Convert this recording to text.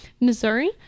Missouri